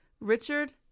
Richard